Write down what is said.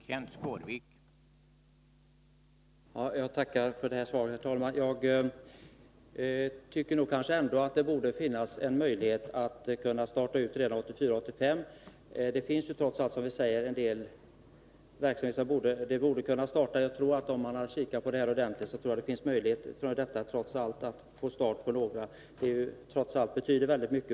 Herr talman! Jag tackar för det svaret. Jag tycker ändå att det borde finnas en möjlighet att börja redan 1984/85. Det finns ju trots allt, som vi säger, en del verksamheter som borde kunna startas om man tittar på det här ordentligt.